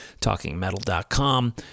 TalkingMetal.com